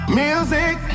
music